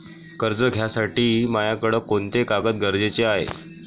कर्ज घ्यासाठी मायाकडं कोंते कागद गरजेचे हाय?